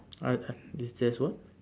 I uh is there's what